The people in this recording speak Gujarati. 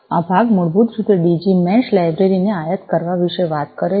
આ ભાગ મૂળભૂત રીતે ડીજી મેશ લાઇબ્રેરી ને આયાત કરવા વિશે વાત કરે છે